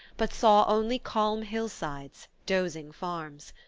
but saw only calm hillsides, dozing farms.